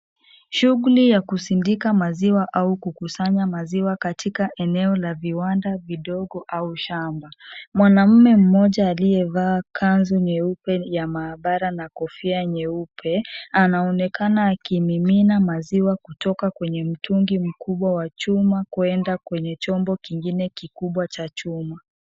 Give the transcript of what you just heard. Shughuli ya kisindika maziwa au kukusanya maziwa katika eneo la viwanda vidogo au shamba . Mwanaume mmoja aliyevaa kanzu nyeupe ya maabara na kofia nyeupe anaonekana akimimina maziwa kutoka kwenye mtungi mkubwa wa chuma kwenda kwenye chombo kingine kikubwa cha chuma.